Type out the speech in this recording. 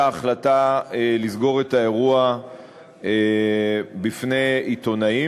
ההחלטה לסגור את האירוע בפני עיתונאים.